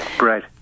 Right